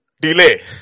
delay